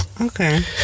Okay